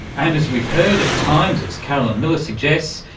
and, as we've heard, at times, as carolyn miller suggested,